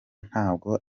ntabwo